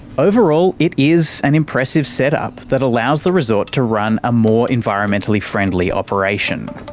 overall it is an impressive setup that allows the resort to run a more environmentally friendly operation.